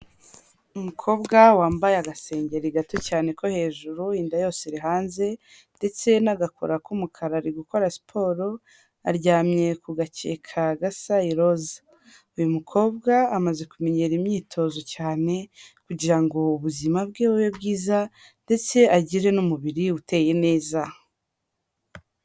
Umukobwa wambaye agasengeri gato cyane ko hejuru, inda yose iri hanze ndetse n'agakora k'umukara ari gukora siporo, aryamye ku gakeka gasa iroza. Uyu mukobwa amaze kumenyera imyitozo cyane, kugira ngo ubuzima bwe bube bwiza ndetse agire n'umubiri uteye neza.